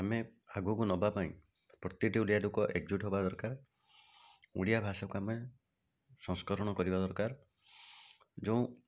ଆମେ ଆଗକୁ ନେବା ପାଇଁ ପ୍ରତିଟି ଓଡ଼ିଆ ଲୋକ ଏକଜୁଟ୍ ହେବା ଦରକାର ଓଡ଼ିଆ ଭାଷାକୁ ଆମେ ସଂସ୍କରଣ କରିବା ଦରକାର ଯେଉଁ